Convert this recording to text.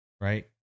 Right